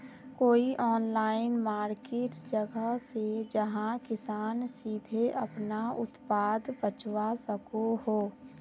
कोई online market जगह छे जहाँ किसान सीधे अपना उत्पाद बचवा सको हो?